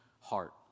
heart